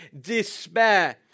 despair